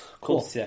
cool